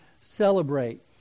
celebrate